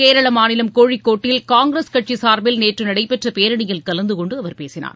கேரளமாநிலம் கோழிக்கோட்டில் காங்கிரஸ் கட்சிசார்பில் நேற்றுநடைபெற்றபேரணியில் கலந்த கொண்டு அவர் பேசினார்